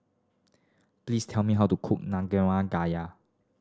please tell me how to cook